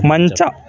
ಮಂಚ